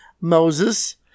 Moses